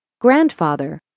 Grandfather